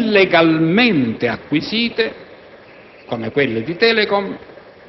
anche intercettazioni illegalmente acquisite - come quelle di Telecom